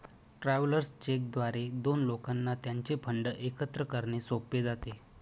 travellers cheque द्वारे दोन लोकांना त्यांचे फंड एकत्र करणे सोपे जाते